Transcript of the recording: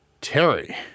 Terry